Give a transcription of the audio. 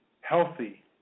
healthy